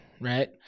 right